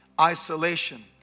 isolation